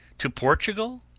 to portugal?